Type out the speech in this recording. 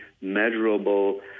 measurable